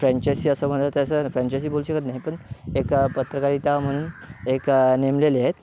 franchise असं म्हणतात त्याचं फ्रॅनचेसी बोलू शकत नाही पण एक पत्रकारिता म्हणून एक नेमलेली आहेत